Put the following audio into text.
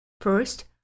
First